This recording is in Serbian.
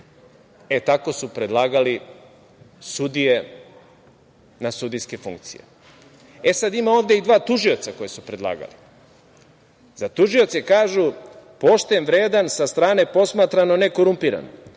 tako su predlagali sudije na sudijske funkcije. Ima ovde i dva tužioca koje su predlagali. Za tužioce kažu - pošten, vredan, sa strane posmatrano nekorumpiran,